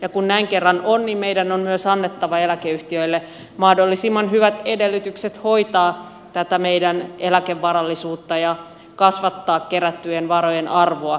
ja kun näin kerran on niin meidän on myös annettava eläkeyhtiöille mahdollisimman hyvät edellytykset hoitaa tätä meidän eläkevarallisuuttamme ja kasvattaa kerättyjen varojen arvoa